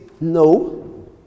No